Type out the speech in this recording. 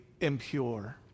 impure